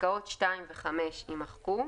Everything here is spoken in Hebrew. פסקאות (2) ו-(5) יימחקו,